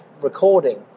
recording